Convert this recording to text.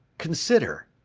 consider,